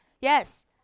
yes